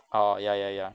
oh ya ya ya